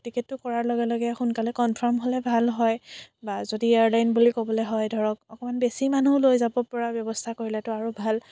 টিকটটো কৰাৰ লগে লগে সোনকালে কনফাৰ্ম হ'লে ভাল হয় বা যদি এয়াৰলাইন বুলি ক'বলৈ হয় ধৰক অকণমান বেছি মানুহ লৈ যাব পৰা ব্যৱস্থা কৰিলেতো আৰু ভাল